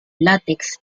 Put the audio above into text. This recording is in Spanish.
látex